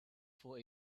for